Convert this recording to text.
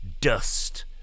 dust